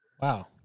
Wow